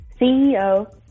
CEO